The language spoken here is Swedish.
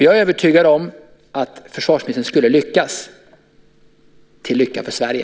Jag är övertygad om att försvarsministern skulle lyckas, till lycka också för Sverige.